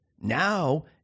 Now